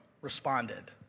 responded